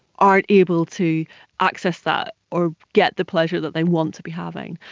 aren't able to access that or get the pleasure that they want to be having.